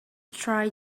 try